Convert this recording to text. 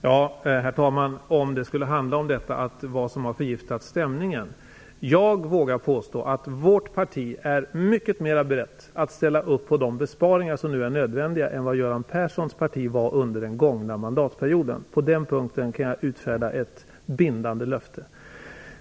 Herr talman! Om det skulle handla om vad som har förgiftat stämningen, vågar jag först påstå att vårt parti är mycket mer berett att ställa upp på de besparingar som nu är nödvändiga än vad Göran Perssons parti var den gångna mandatperioden. På den punkten kan jag utfärda ett bindande löfte.